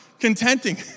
contenting